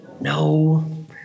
No